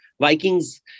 Vikings